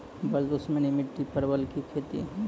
बल दुश्मनी मिट्टी परवल की खेती?